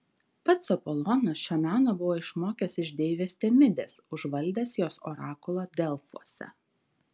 pats apolonas šio meno buvo išmokęs iš deivės temidės užvaldęs jos orakulą delfuose